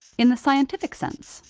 in the scientific sense,